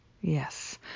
Yes